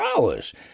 hours